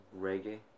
reggae